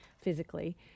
physically